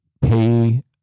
pay